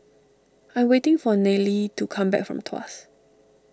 I am waiting for Nayely to come back from Tuas